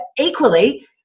equally